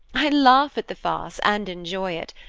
i laugh at the farce and enjoy it,